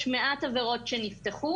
יש מעט עבירות שנפתחו